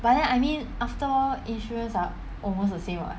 but then I mean after all insurance are almost the same [what]